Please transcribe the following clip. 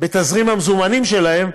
בתזרים המזומנים שלהם,